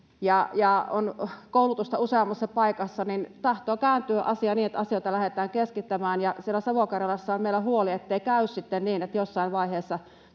ja on koulutusta useammassa paikassa, niin tahtoo kääntyä asia niin, että asioita lähdetään keskittämään. Siellä Savo-Karjalassa on meillä huoli, ettei käy sitten niin, että jossain vaiheessa